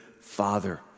Father